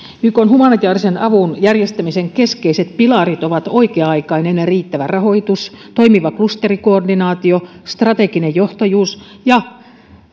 ykn humanitäärisen avun järjestämisen keskeiset pilarit ovat oikea aikainen ja riittävä rahoitus toimiva klusterikoordinaatio strateginen johtajuus ja